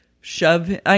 shove